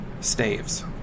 staves